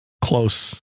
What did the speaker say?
close